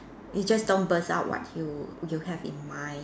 you just don't burst out what you you have in mind